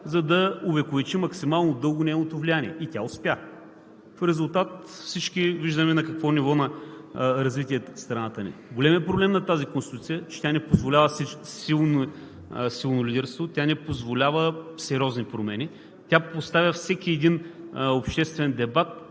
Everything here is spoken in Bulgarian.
за да увековечи максимално дълго нейното влияние. И тя успя. В резултат – всички виждаме на какво ниво на развитие е страната ни. Големият проблем на тази Конституция е, че тя не позволява силно лидерство, тя не позволява сериозни промени. Тя поставя в капана всеки един обществен дебат